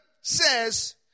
says